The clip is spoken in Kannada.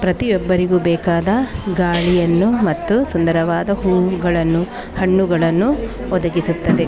ಪ್ರತಿಯೊಬ್ಬರಿಗೂ ಬೇಕಾದ ಗಾಳಿಯನ್ನು ಮತ್ತು ಸುಂದರವಾದ ಹೂವುಗಳನ್ನು ಹಣ್ಣುಗಳನ್ನು ಒದಗಿಸುತ್ತದೆ